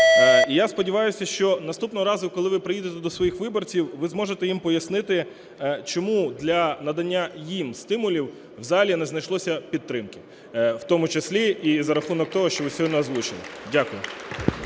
я сподіваюся, що наступного разу, коли ви приїдете до своїх виборців, ви зможете їм пояснити, чому для надання їм стимулів в залі не знайшлося підтримки, в тому числі і за рахунок того, що ви сьогодні озвучили. Дякую.